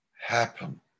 happen